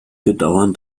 bedauern